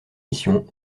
mission